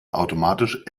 automatisch